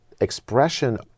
expression